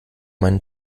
meinen